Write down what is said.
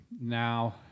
now